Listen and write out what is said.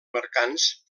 mercants